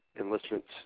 enlistments